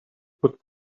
put